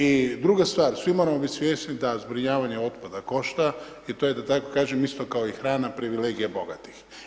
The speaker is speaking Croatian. I druga stvar, svi moramo biti svjesni da zbrinjavanje otpada košta, i to je da tako kažem, isto kao i hrana, privilegija bogatih.